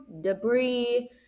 debris